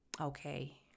okay